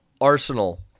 Arsenal